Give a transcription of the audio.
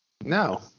No